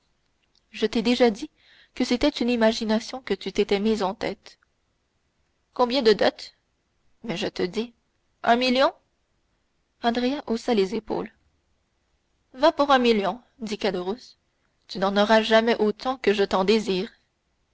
je t'ai déjà dit que c'était une imagination que tu t'étais mise en tête combien de dot mais je te dis un million andrea haussa les épaules va pour un million dit caderousse tu n'en auras jamais autant que je t'en désire